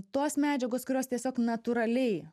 tos medžiagos kurios tiesiog natūraliai